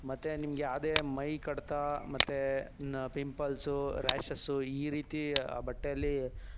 ಮತ್ತು ನಿಮಗೆ ಯಾವ್ದೇ ಮೈ ಕಡಿತ ಮತ್ತು ನ್ ಪಿಂಪಲ್ಸು ರಾಶಸ್ಸು ಈ ರೀತಿ ಆ ಬಟ್ಟೇಲಿ